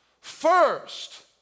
first